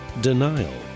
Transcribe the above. denial